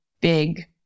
big